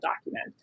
document